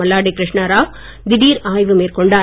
மல்லாடி கிருஷ்ணராவ் திடர் ஆய்வு மேற்கொண்டார்